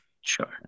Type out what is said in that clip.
Sure